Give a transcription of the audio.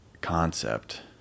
concept